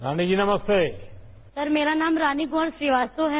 रानीजी नमस्ते सर मेरा नाम रानी गौड़ श्रीवास्तव है